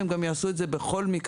הם גם יעשו את זה בכל מקרה,